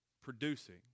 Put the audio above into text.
producing